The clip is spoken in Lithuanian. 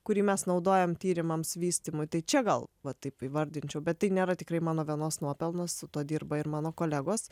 kurį mes naudojam tyrimams vystymui tai čia gal va taip įvardinčiau bet tai nėra tikrai mano vienos nuopelnas su tuo dirba ir mano kolegos